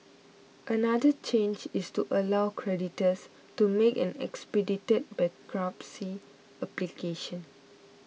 another change is to allow creditors to make an expedited bankruptcy application